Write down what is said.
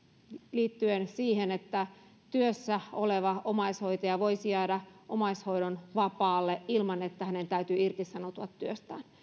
liittyen siihen että työssä oleva omaishoitaja voisi jäädä omaishoidon vapaalle ilman että hänen täytyy irtisanoutua työstään